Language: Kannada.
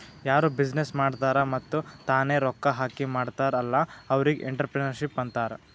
ಯಾರು ಬಿಸಿನ್ನೆಸ್ ಮಾಡ್ತಾರ್ ಮತ್ತ ತಾನೇ ರೊಕ್ಕಾ ಹಾಕಿ ಮಾಡ್ತಾರ್ ಅಲ್ಲಾ ಅವ್ರಿಗ್ ಎಂಟ್ರರ್ಪ್ರಿನರ್ಶಿಪ್ ಅಂತಾರ್